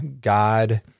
God